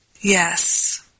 Yes